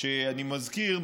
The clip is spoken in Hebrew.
אני מזכיר,